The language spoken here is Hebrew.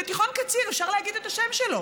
בתיכון קציר, אפשר להגיד את השם שלו.